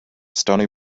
stoney